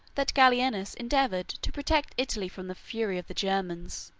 that gallienus endeavored to protect italy from the fury of the germans.